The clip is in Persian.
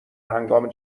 هنگام